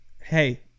hey